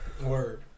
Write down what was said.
Word